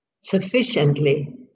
sufficiently